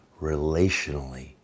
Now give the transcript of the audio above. relationally